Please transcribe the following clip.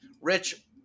Rich